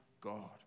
God